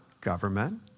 government